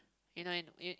you know you